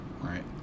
Right